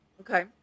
Okay